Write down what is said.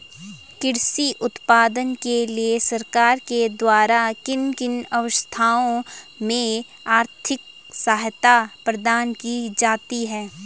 कृषि उत्पादन के लिए सरकार के द्वारा किन किन अवस्थाओं में आर्थिक सहायता प्रदान की जाती है?